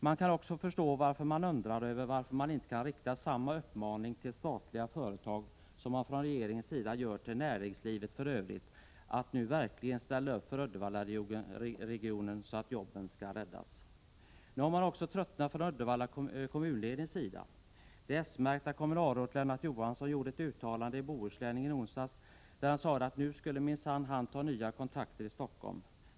Man kan också förstå undran över varför inte samma uppmaning kan riktas till statliga företag som regeringen riktar till näringslivet i övrigt: att nu verkligen ställa upp för Uddevallaregionen, så att ”jobben” räddas. Nu har också Uddevalla kommunledning tröttnat. Det s-märkta kommunalrådet Lennart Johansson gjorde ett uttalande i Bohuslänningen i onsdags. Han sade att nu skulle minsann han ta nya kontakter i Stockholm.